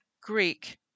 Greek